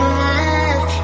love